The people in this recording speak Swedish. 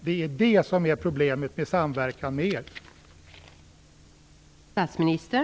Det är detta som är problemet med samverkan med er.